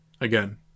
again